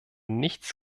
nichts